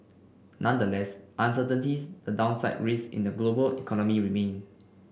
nonetheless uncertainties and downside risks in the global economy remain